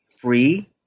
free